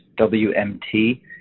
WMT